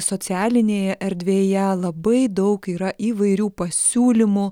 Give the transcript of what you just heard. socialinėje erdvėje labai daug yra įvairių pasiūlymų